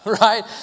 right